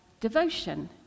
devotion